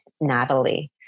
Natalie